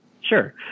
Sure